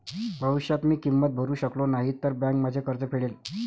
भविष्यात मी किंमत भरू शकलो नाही तर बँक माझे कर्ज फेडेल